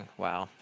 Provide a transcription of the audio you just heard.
wow